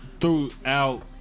throughout